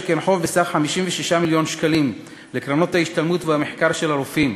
שכן חוב בסך 56 מיליון שקלים לקרנות ההשתלמות והמחקר של הרופאים,